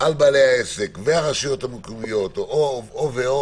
על בעלי העסק והרשויות המקומיות או-או,